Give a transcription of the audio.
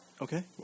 Okay